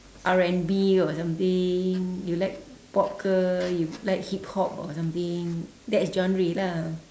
R&B or something you like pop ke you like hip hop or something that is genre lah